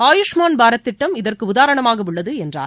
ஆயுஷ்மான் பாரத் திட்டம் இதற்கு உதாரணமாக உள்ளது என்றார்